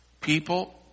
People